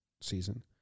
season